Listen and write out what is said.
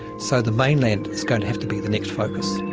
so the mainland is going to have to be the next focus